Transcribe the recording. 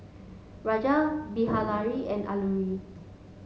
Rajat Bilahari and Alluri